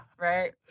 Right